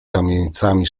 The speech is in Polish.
kamienicami